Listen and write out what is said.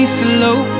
slow